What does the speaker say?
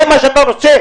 זה מה שאתה רוצה?